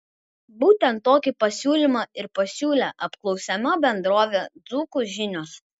būtent tokį pasiūlymą ir pasiūlė apklausiama bendrovė dzūkų žinios